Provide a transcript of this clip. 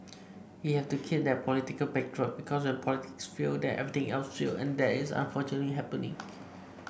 we have to keep that political backdrop because when politics fails then everything else fails and that is unfortunately happening